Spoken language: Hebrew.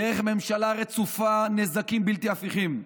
דרך הממשלה רצופה נזקים בלתי הפיכים.